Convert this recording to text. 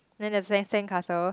then there's san~ sand castle